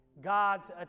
God's